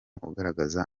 ugaragaza